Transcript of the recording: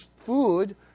food